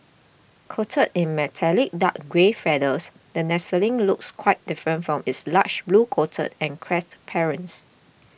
coated in metallic dark grey feathers the nestling looks quite different from its large blue coated and crested parents